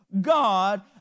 god